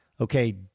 okay